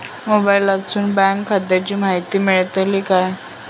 मोबाईलातसून बँक खात्याची माहिती मेळतली काय?